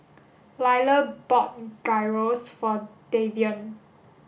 Liller bought Gyros for Davian